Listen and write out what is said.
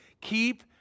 keep